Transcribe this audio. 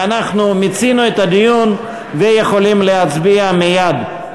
ואנחנו מיצינו את הדיון ויכולים להצביע מייד.